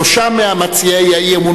שלושה ממציעי האי-אמון,